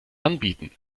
anbieten